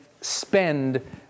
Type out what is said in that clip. spend